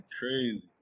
crazy